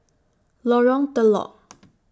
Lorong Telok